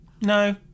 No